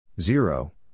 Zero